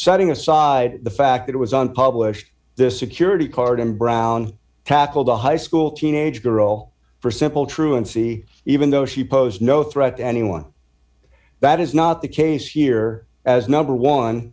setting aside the fact that it was on publish this security card and brown tackled a high school teenage girl for simple truancy even though she posed no threat to anyone that is not the case here as number one